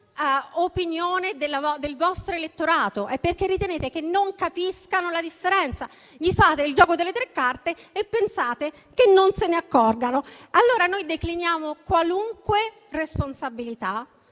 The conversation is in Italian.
opinione del vostro elettorato e perché ritenete che non capiscano la differenza. Gli fate il gioco delle tre carte e pensate che non se ne accorgano. Allora noi decliniamo qualunque responsabilità